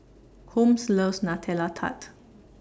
Holmes loves Nutella Tart